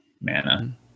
mana